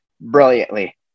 brilliantly